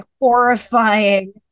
horrifying